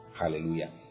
Hallelujah